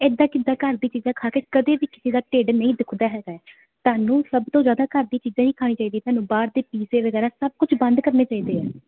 ਇਦਾਂ ਕਿੱਦਾਂ ਘਰ ਦੀ ਚੀਜ਼ਾਂ ਖਾ ਕੇ ਕਦੇ ਵੀ ਕਿਸੇ ਦਾ ਢਿੱਡ ਨਹੀਂ ਦੁੱਖਦਾ ਹੈਗਾ ਤੁਹਾਨੂੰ ਸਭ ਤੋਂ ਜਿਆਦਾ ਘਰ ਦੀ ਚੀਜ਼ਾਂ ਹੀ ਖਾਣੀ ਚਾਹੀਦੀ ਤੁਹਾਨੂੰ ਬਾਹਰ ਦੇ ਪੀਜ਼ੇ ਵਗੈਰਾ ਸਭ ਕੁਝ ਬੰਦ ਕਰਨੇ ਪੈਣੇ ਆ